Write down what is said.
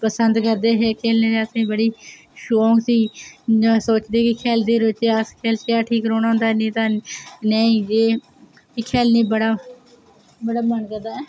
पसंद करदे हे ते खेल्लने दी बड़ी शौक ही इंया सोचदी ही कि खेल्लदे रौह्चै अस सेह्त ठीक रौह्ना होंदा नेईं तां एह् गेम खेल्लनै गी बड़ा मन करदा